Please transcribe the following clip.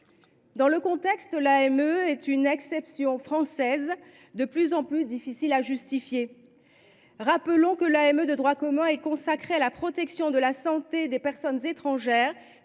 un tel contexte, devient de plus en plus difficile à justifier. Rappelons que l’AME de droit commun est consacrée à la protection de la santé des personnes étrangères,